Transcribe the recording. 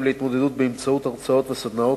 להתמודדות באמצעות הרצאות וסדנאות,